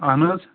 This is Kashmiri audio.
اہن حظ